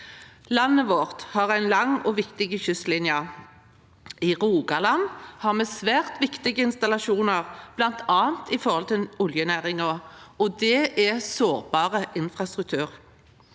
Landet vårt har en lang og viktige kystlinje. I Rogaland har vi svært viktige installasjoner, bl.a. knyttet til oljenæringen, og det er sårbar infrastruktur.